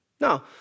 No